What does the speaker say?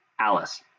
alice